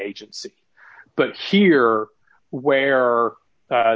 agency but here where